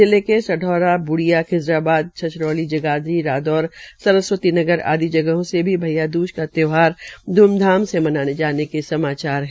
जिले के सढौरा ब्रेढिया खिजराबाद छछरौली जगाधरी रादौर सरस्वती नगर आदि जगहों से भी भैया दूज का त्यौहार धूमधाम से मनाने के समाचार है